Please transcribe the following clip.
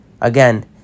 Again